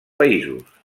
països